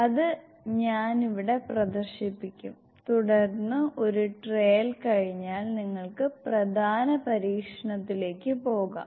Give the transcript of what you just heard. അത് ഞാൻ ഇവിടെ പ്രദർശിപ്പിക്കും തുടർന്ന് ഒരു ട്രയൽ കഴിഞ്ഞാൽ നിങ്ങൾക്ക് പ്രധാന പരീക്ഷണത്തിലേക്ക് പോകാം